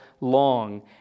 long